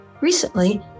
Recently